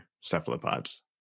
cephalopods